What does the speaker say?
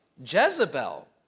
Jezebel